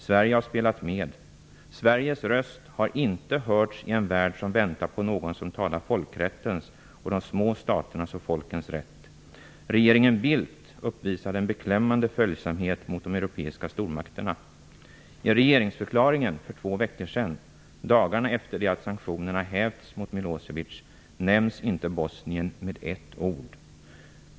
Sverige har spelat med. Sveriges röst har inte hörts i en värld som väntar på någon som talar för folkrätten och för de små staternas och folkens rätt. Regeringen Bildt uppvisade en beklämmande följsamhet mot de europeiska stormakterna. I regeringsförklaringen för två veckor sedan, dagarna efter det att sanktionerna hävts mot Milosevic, nämns inte Bosnien med ett ord.